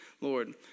Lord